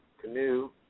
canoe